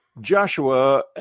Joshua